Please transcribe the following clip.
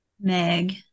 Meg